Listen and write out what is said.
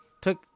took